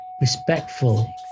respectful